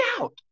out